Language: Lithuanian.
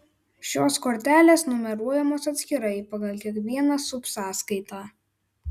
šios kortelės numeruojamos atskirai pagal kiekvieną subsąskaitą